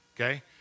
okay